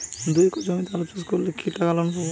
দুই একর জমিতে আলু চাষ করলে কি টাকা লোন পাবো?